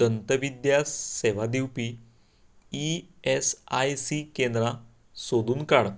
दंतविद्द्या सेवा दिवपी E S I C केंद्रां सोदून काड